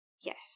Yes